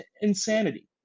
insanity